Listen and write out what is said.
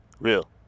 Real